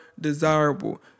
desirable